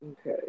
Okay